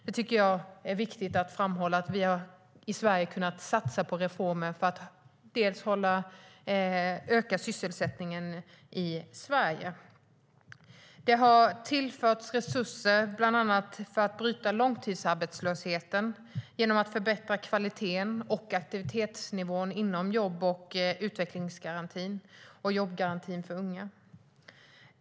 Jag tycker att det är viktigt att framhålla att vi i Sverige har kunnat satsa på reformer för att öka sysselsättningen. Resurser har tillförts för att bland annat bryta långtidsarbetslösheten genom att förbättra kvaliteten och aktivitetsnivån inom jobb och utvecklingsgarantin och jobbgarantin för unga.